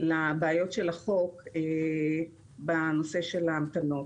לבעיות של החוק בנושא של ההמתנות.